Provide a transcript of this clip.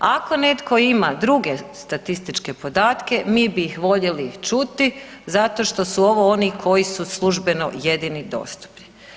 Ako netko ima druge statističke podatke mi bi ih voljeli čuti zato što su ovo oni koji su službeno jedini dostupni.